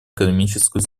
экономическую